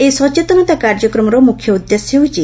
ଏହି ସଚେତନତା କାର୍ଯ୍ୟକ୍ରମର ମୁଖ୍ୟ ଉଦ୍ଦେଶ୍ୟ ହେଉଛି